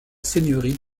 seigneurie